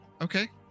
Okay